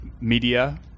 media